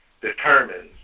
determines